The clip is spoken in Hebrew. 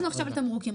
אנחנו עכשיו בתמרוקים.